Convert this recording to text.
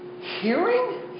Hearing